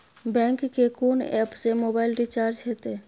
Bank के कोन app से मोबाइल रिचार्ज हेते?